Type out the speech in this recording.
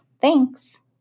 Thanks